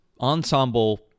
ensemble